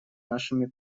нашими